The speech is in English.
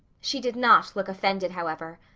she did not look offended, however.